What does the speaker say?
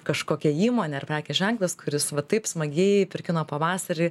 kažkokia įmonė ar prekės ženklas kuris va taip smagiai per kino pavasarį